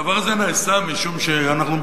הדבר הזה נעשה מכיוון שאנחנו,